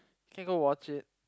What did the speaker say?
can go watch it